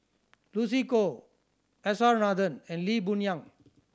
Lucy Koh S R Nathan and Lee Boon Yang